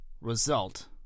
result